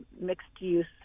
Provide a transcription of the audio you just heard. mixed-use